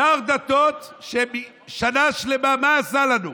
שר דתות, ששנה שלמה מה עשה לנו?